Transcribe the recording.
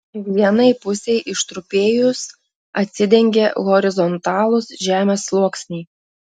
vienai pusei ištrupėjus atsidengė horizontalūs žemės sluoksniai